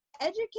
educate